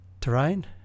terrain